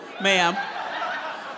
ma'am